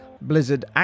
blizzard